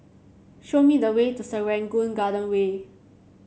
show me the way to Serangoon Garden Way